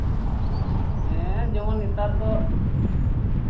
ᱦᱮᱸ ᱡᱮᱢᱚᱱ ᱱᱮᱛᱟᱨ ᱫᱚ